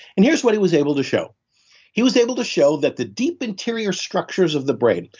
and here's what he was able to show he was able to show that the deep, interior structures of the brain,